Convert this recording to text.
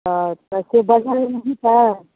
अच्छा से बढ़िऑं